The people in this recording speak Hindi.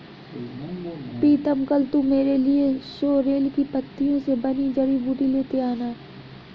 प्रीतम कल तू मेरे लिए सोरेल की पत्तियों से बनी जड़ी बूटी लेते आना